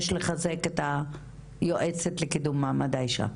יש לחזק את היועצת לקידום מעמד האישה.